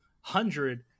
hundred